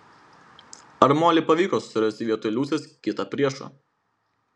ar molei pavyko susirasti vietoj liusės kitą priešą